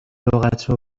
لغت